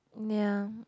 ya